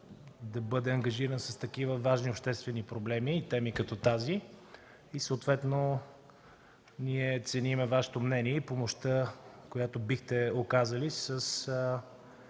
да бъде ангажиран с такива важни обществени проблеми и теми като тази. Ние ценим Вашето мнение и помощта, която бихте оказали с